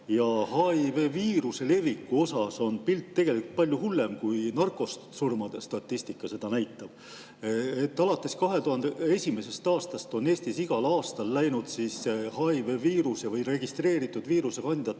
Ja HI-viiruse leviku puhul on pilt tegelikult palju hullem, kui narkosurmade statistika seda näitab. Alates 2001. aastast on Eestis igal aastal läinud HI-viiruse või registreeritud viirusekandjate